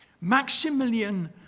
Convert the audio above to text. Maximilian